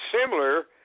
similar